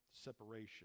separation